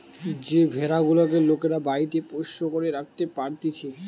যে ভেড়া গুলেক লোকরা বাড়িতে পোষ্য করে রাখতে পারতিছে